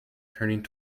turning